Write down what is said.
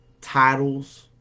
titles